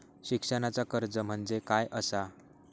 शिक्षणाचा कर्ज म्हणजे काय असा?